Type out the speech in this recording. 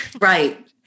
Right